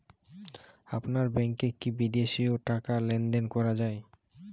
আপনার ব্যাংকে কী বিদেশিও টাকা লেনদেন করা যায়?